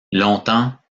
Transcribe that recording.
longtemps